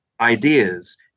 ideas